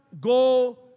go